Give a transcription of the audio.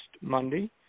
Monday